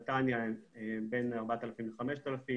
נתניה בין 4,000 ל-5,000,